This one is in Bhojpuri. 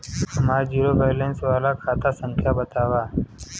हमार जीरो बैलेस वाला खाता संख्या वतावा?